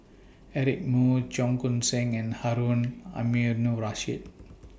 Eric Moo Cheong Koon Seng and Harun Aminurrashid